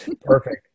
perfect